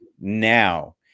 now